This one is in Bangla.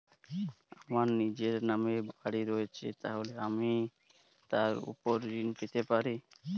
আমার নিজের নামে বাড়ী রয়েছে তাহলে কি আমি তার ওপর ঋণ পেতে পারি?